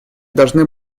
должны